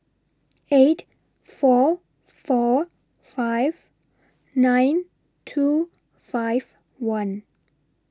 eight four four five nine two five one